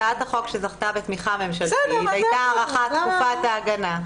הצעת החוק שזכתה בתמיכה ממשלתית הייתה הארכת תקופת ההגנה.